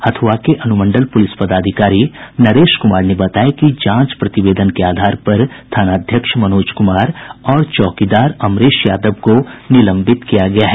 हथुआ के अनुमंडल पुलिस पदाधिकारी नरेश कुमार ने बताया कि जांच प्रतिवेदन के आधार पर थानाध्यक्ष मनोज कुमार और चौकीदार अमरेश यादव को निलंबित किया गया है